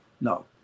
No